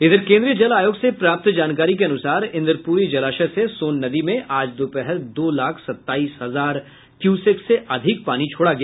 इधर केन्द्रीय जल आयोग से प्राप्त जानकारी के अनुसार इन्द्रपुरी जलाशय से सोन नदी में आज दोपहर दो लाख सताईस हजार क्यूसेक से अधिक पानी छोड़ा गया